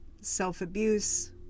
Self-abuse